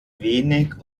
wenig